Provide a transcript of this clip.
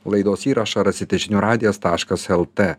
laidos įrašą rasite žinių radijas taškas lt